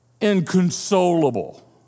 inconsolable